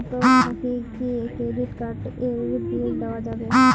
Account থাকি কি credit card এর বিল দেওয়া যাবে?